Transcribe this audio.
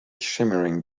shimmering